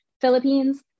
Philippines